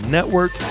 Network